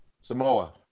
Samoa